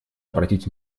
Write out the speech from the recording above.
обратить